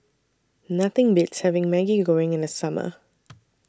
Nothing Beats having Maggi Goreng in The Summer